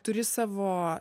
turi savo